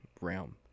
realm